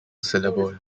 syllable